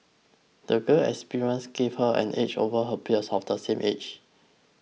the girl's experiences gave her an edge over her peers of the same age